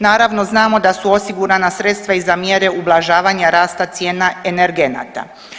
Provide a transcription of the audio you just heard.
Naravno znamo da su osigurana sredstva i za mjere ublažavanja rasta cijena energenata.